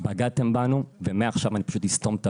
בגדתם בנו ומעכשיו אני פשוט אסתום את